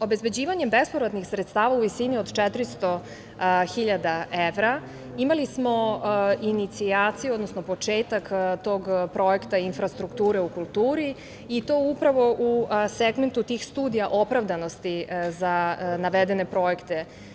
Obezbeđivanjem bespovratnih sredstava u visini od 400 hiljada evra, imali smo inicijaciju, odnosno početak tog projekta, infrastrukture u kulturi, i to upravo u segmentu tih studija opravdanosti za navedene projekte.